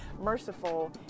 merciful